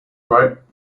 right